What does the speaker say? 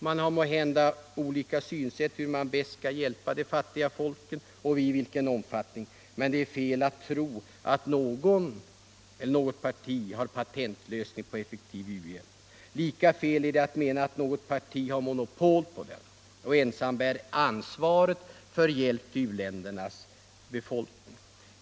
Man har måhända olika synsätt i fråga om hur man bäst skall hjälpa de fattiga folken och i vilken omfattning, men det är fel att tro att någon person eller något parti har patentlösning på effektiv u-hjälp. Lika fel är det att mena att något parti har monopol på frågan och ensam bär ansvaret för hjälp till u-ländernas befolkning.